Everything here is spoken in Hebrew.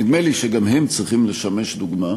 נדמה לי שגם הם צריכים לשמש דוגמה.